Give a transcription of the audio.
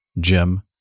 Jim